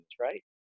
right